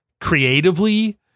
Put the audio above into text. creatively